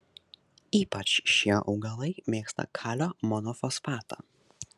ypač šie augalai mėgsta kalio monofosfatą